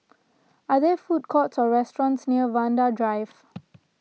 are there food courts or restaurants near Vanda Drive